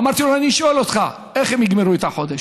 אמרתי לו: אני שואל אותך: איך הם יגמרו את החודש?